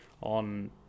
on